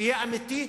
שיהיה אמיתי,